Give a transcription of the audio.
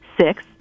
Six